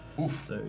Oof